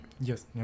yes